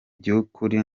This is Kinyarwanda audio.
by’ukuri